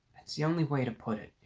that's the only way to put it,